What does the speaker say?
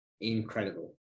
incredible